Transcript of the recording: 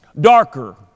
darker